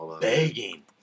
begging